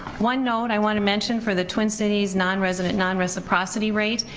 one note i wanna mention for the twin cities nonresident, non-reciprocity rate,